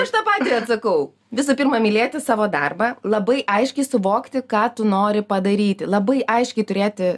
aš tą patį atsakau visų pirma mylėti savo darbą labai aiškiai suvokti ką tu nori padaryti labai aiškiai turėti